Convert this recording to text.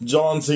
John